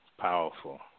powerful